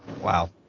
Wow